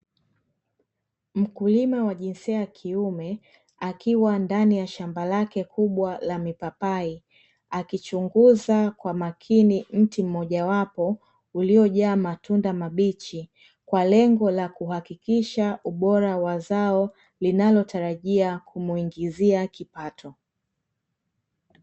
Mkulima wa jinsia ya kiume akiwa ndani ya shamba lake kubwa la mipapai, akichunguza kwa makini mti mmoja wapo uliojaa matunda mabichi, kwa lengo la kuhakikisha ubora wa zao linalotarajia kumuingizia kipato.